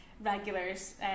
regulars